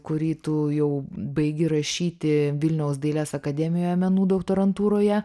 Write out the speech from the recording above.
kurį tu jau baigi rašyti vilniaus dailės akademijoje menų doktorantūroje